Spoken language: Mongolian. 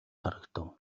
харагдав